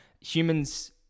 humans